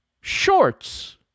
shorts